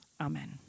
Amen